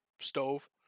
stove